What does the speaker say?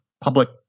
public